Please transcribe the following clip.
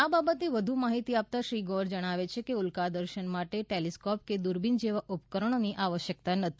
આ બાબતે વધુ માહિતિ આપતાં શ્રી ગોર જણાવે છે કે ઉલ્કા દર્શન માટે ટેલિસ્ક્રીપ કે દુરબિન જેવા ઉપકરણોની આવશ્યકતા નથી